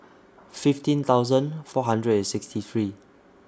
fifteen thousand four hundred and sixty three